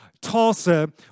Tulsa